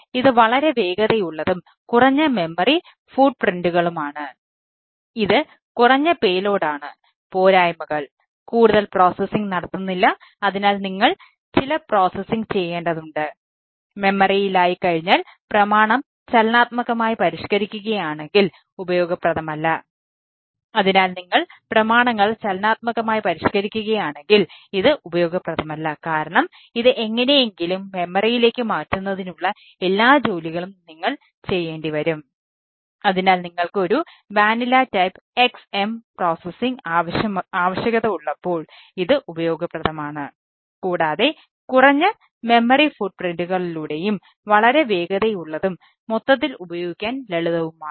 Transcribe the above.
ഇവന്റുകൾ വളരെ വേഗതയുള്ളതും മൊത്തത്തിൽ ഉപയോഗിക്കാൻ ലളിതവുമാണ്